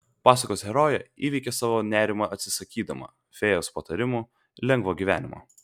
pasakos herojė įveikia savo nerimą atsisakydama fėjos patarimu lengvo gyvenimo